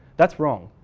that's wrong.